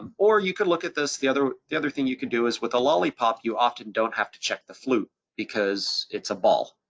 um or you could look at this, the other the other thing you can do is with a lollipop, you often don't have to check the flute because it's a ball,